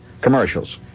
Commercials